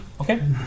Okay